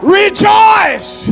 rejoice